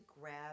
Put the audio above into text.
grab